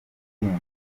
buzima